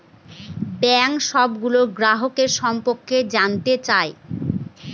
bank সবগুলো গ্রাহকের সম্পর্কে জানতে চায়